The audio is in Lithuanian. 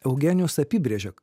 eugenijus apibrėžė